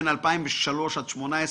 בין 2003 עד 2018,